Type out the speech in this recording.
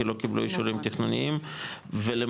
כי לא קיבלו אישורים תכנוניים ולמעשה,